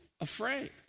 afraid